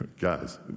guys